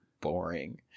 boring